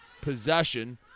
possession